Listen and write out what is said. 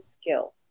skill